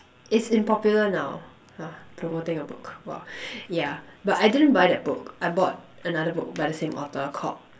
its in popular now !huh! promoting a book !wah! ya but I didn't buy that book I bought another book by the same author called